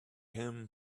him